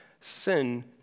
sin